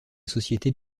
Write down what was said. société